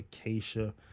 acacia